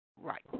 Right